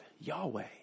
Yahweh